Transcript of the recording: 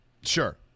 Sure